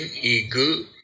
eagle